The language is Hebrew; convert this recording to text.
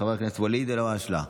חבר הכנסת ואליד אלהואשלה,